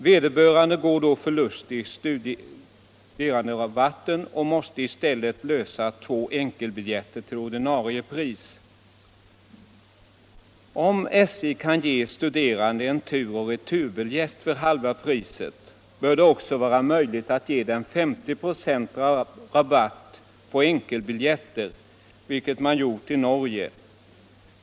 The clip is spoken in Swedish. Vederbörande går då förlustig studeranderabatten och måste lösa två enkelbiljetter till ordinarie pris. Om SJ kan ge studerande en turoch returbiljett för halva priset, bör det också vara möjligt att ge dem 50 96 rabatt på enkelbiljetter, vilket man gjort i Norge.